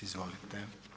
Izvolite.